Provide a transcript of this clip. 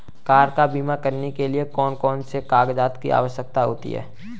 Car का बीमा करने के लिए कौन कौन से कागजात की आवश्यकता होती है?